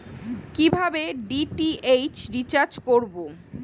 কিভাবে DTH recharge করব?